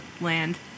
Land